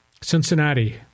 Cincinnati